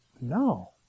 No